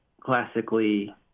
classically